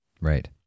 Right